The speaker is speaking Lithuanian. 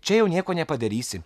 čia jau nieko nepadarysi